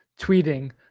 tweeting